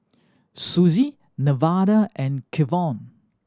Suzie Nevada and Kevon